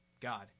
god